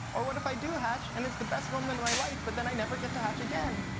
or what if i do hatch, and it's the best moment of my life, but then i never get to hatch again?